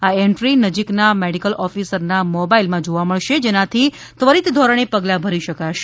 આ એન્ટ્રી નજીકના મેડિકલ ઓફિસરના મોબાઇલમાં જોવા મળશે જેનાથી ત્વરીત ધોરણે પગલા ભરી શકાશે